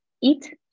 eat